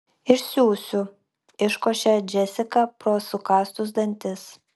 išsiųsiu iškošia džesika pro sukąstus dantis